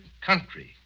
country